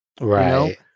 Right